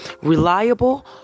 reliable